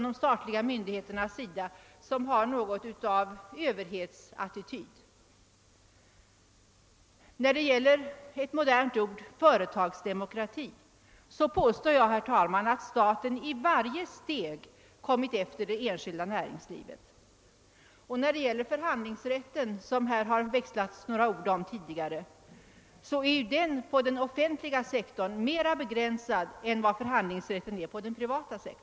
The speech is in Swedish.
De intar en position som innebär något av en överhetsattityd. När det gäller ett modernt begrepp som företagsdemokrati påstår jag, herr talman, att staten på varje punkt kommit efter det enskilda näringslivet. Förhandlingsrätten, som det tidigare under debatten växlats några ord om, är vidare på den offentliga sektorn mera begränsad än inom den privata.